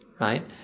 Right